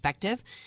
perspective